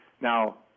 Now